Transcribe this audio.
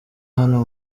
hano